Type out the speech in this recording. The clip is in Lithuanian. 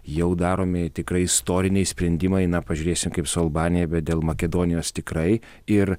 jau daromi tikrai istoriniai sprendimai na pažiūrėsim kaip su albanija bet dėl makedonijos tikrai ir